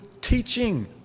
teaching